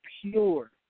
pure